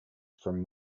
from